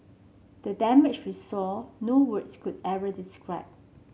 the damage we saw no words could ever describe